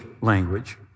language